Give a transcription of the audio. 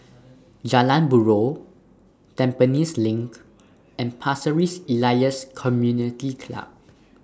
Jalan Buroh Tampines LINK and Pasir Ris Elias Community Club